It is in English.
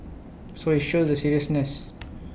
so IT shows the seriousness